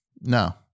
No